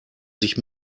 sich